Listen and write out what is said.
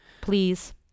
Please